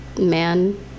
man